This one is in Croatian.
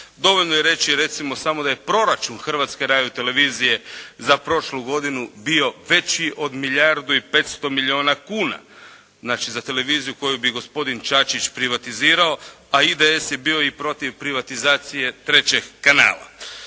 Dovoljno je reći recimo samo da je proračun Hrvatske radiotelevizije za prošlu godinu bio veći od milijardu i 500 milijuna kuna. Znači za televiziju koju bi gospodin Čačić privatizirao. A IDS je bio i protiv privatizacije trećeg kanala.